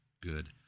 good